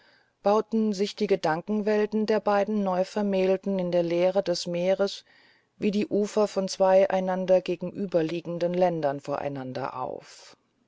bauten sich die gedankenwelten der beiden neuvermählten in der leere des meeres wie die ufer von zwei einander gegenüberliegenden ländern voreinander auf